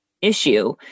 issue